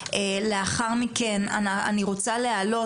לאחר מכן אני רוצה להעלות,